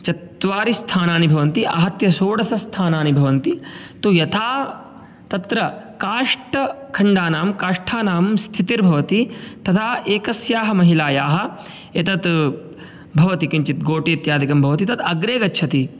चत्वारि स्थानानि भवन्ति आहत्य षोडश स्थानानि भवन्ति तु यथा तत्र काष्ठखण्डानां काष्ठानां स्थितिर्भवति तथा एकस्याः महिलायाः एतद् भवति किञ्चित् गोटि इत्यादिकं भवति तद् अग्रे गच्छति